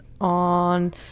on